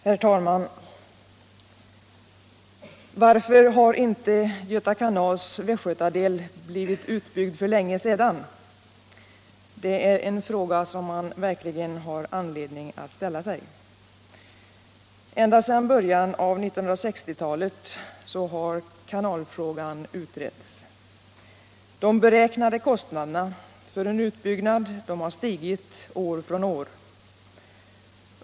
Herr talman! Varför har inte Göta kanals Västgötadel blivit utbyggd för länge sedan? Det är en fråga som man verkligen har anledning att ställa sig. Ända sedan början av 1960-talet har kanalfrågan utretts. De beräknade kostnaderna för en utbyggnad har stigit år från år.